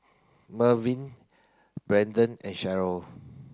Merwin Brendan and Cheryll